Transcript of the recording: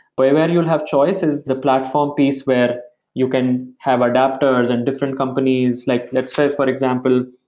but where you'll have choice is the platform piece, where you can have adaptors and different companies. like let's say for example,